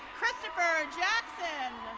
christopher jackson.